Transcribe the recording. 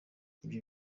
ibyo